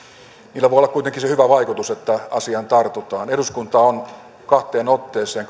niillä voi olla kuitenkin se hyvä vaikutus että asiaan tartutaan eduskunta on kahteen otteeseen